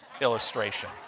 Illustration